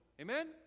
Amen